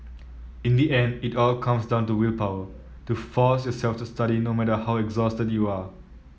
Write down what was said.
in the end it all comes down to willpower to force yourself to study no matter how exhausted you are